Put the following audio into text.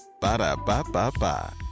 Ba-da-ba-ba-ba